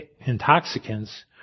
intoxicants